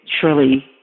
surely